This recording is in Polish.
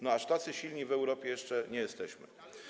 No aż tacy silni w Europie jeszcze nie jesteśmy.